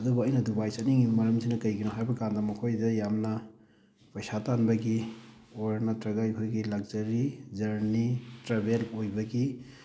ꯑꯗꯨꯕꯨ ꯑꯩꯅ ꯗꯨꯕꯥꯏ ꯆꯠꯅꯤꯡꯉꯤꯕ ꯃꯔꯝꯁꯤꯅ ꯀꯩꯒꯤꯅꯣ ꯍꯥꯏꯕꯀꯥꯟꯗ ꯃꯈꯣꯏꯗ ꯌꯥꯝꯅ ꯄꯩꯁꯥ ꯇꯥꯟꯕꯒꯤ ꯑꯣꯔ ꯅꯠꯇ꯭ꯔꯒ ꯑꯩꯈꯣꯏꯒꯤ ꯂꯛꯖꯔꯤ ꯖꯔꯅꯤ ꯇ꯭ꯔꯥꯚꯦꯜ ꯑꯣꯏꯕꯒꯤ